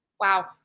Wow